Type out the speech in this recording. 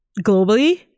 globally